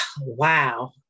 wow